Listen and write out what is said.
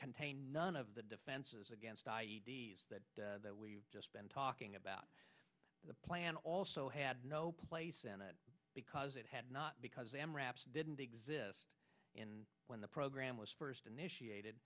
contained none of the defenses against that we've just been talking about the plan also had no place in it because it had not because i am wraps didn't exist in when the program was first initiated